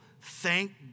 Thank